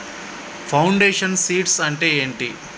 Foundation seeds అంటే ఏంటి?